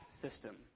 system